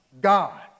God